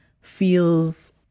feels